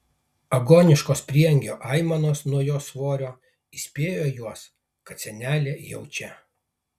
agoniškos prieangio aimanos nuo jos svorio įspėjo juos kad senelė jau čia